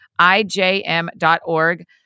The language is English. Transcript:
IJM.org